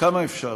כמה אפשר?